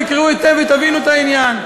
תקראו היטב ותבינו את העניין.